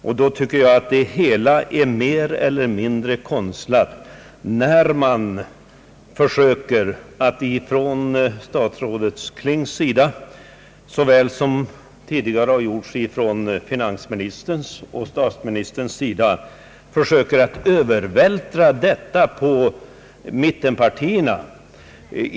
Därför tycker jag att det hela är mer eller mindre konstlat när man — såväl statsrådet Kling som tidigare finansministern och statsministern — försöker övervältra ansvaret på mittenpartierna.